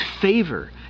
favor